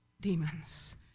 demons